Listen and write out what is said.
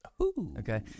Okay